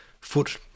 Foot